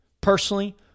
personally